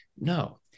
no